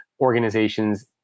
organizations